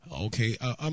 Okay